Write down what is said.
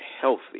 healthy